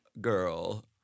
Girl